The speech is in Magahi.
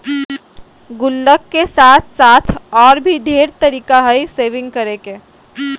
गुल्लक के साथ साथ और भी ढेर तरीका हइ सेविंग्स करे के